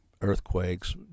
earthquakes